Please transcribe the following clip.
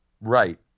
Right